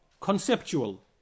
conceptual